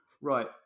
Right